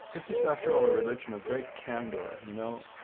this is, after all, a religion of great candor. you know,